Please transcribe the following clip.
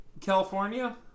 California